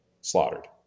slaughtered